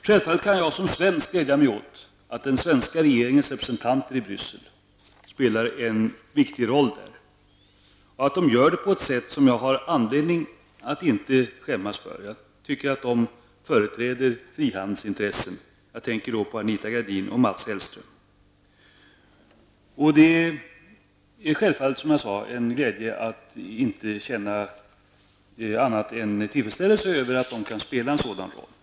Självfallet kan jag som svensk glädja mig åt att den svenska regeringens representanter i Bryssel spelar en viktig roll där och att de gör det på ett sätt som jag inte har anledning att skämmas för. Jag tycker att de företräder frihandelsintressen. Jag tänker på Anita Gradin och Mats Hellström. Det är självfallet en glädje att inte behöva känna annat än tillfredsställelse över att de kan spela en sådan roll.